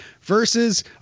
versus